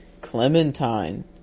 Clementine